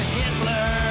hitler